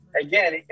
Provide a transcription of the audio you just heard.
again